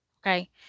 okay